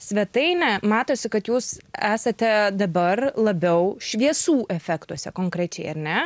svetainę matosi kad jūs esate dabar labiau šviesų efektuose konkrečiai ar ne